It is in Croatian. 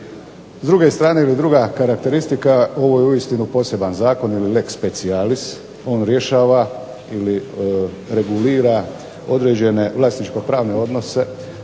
S druge strane ili druga karakteristika ovo je uistinu poseban zakon ili lex speciallis. On rješava ili regulira određene vlasničko-pravne odnose